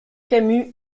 camus